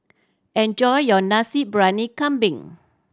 enjoy your Nasi Briyani Kambing